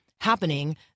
happening